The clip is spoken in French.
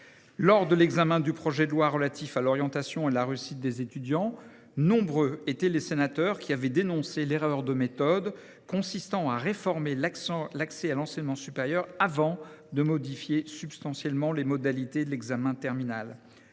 Lors de l’examen du projet de loi relatif à l’orientation et à la réussite des étudiants, nombreux étaient les sénateurs qui avaient dénoncé l’erreur de méthode consistant à réformer l’accès à l’enseignement supérieur avant de modifier substantiellement les modalités de l’examen en